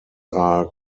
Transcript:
are